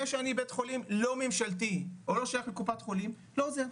זה שאני בית חולים לא ממשלתי או לא שייך לקופת חולים לא עוזר,